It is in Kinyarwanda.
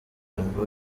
ngo